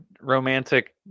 romantic